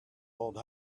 old